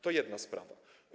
To jedna sprawa.